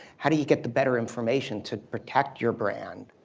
how do you get the better information to protect your brand?